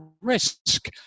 risk